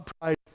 pride